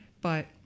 But-